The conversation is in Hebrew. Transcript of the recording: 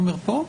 עומר פה?